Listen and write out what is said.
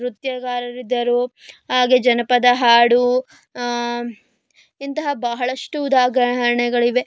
ನೃತ್ಯಗಾರರಿದ್ದರು ಹಾಗೆ ಜನಪದ ಹಾಡು ಇಂತಹ ಬಹಳಷ್ಟು ಉದಾಹರಣೆಗಳಿವೆ ಎ